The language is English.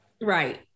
Right